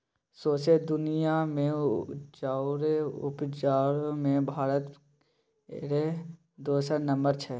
सौंसे दुनिया मे चाउर उपजाबे मे भारत केर दोसर नम्बर छै